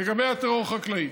לגבי הטרור החקלאי.